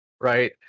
right